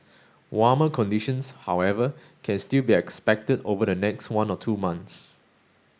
warmer conditions however can still be expected over the next one or two months